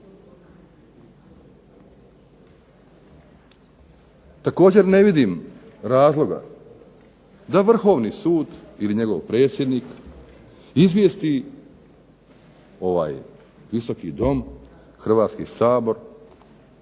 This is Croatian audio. Također ne vidim razloga da Vrhovni sud ili njegov predsjednik izvijesti ovaj Visoki dom, Hrvatski sabor